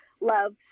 love